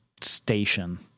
station